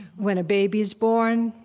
when a baby is born,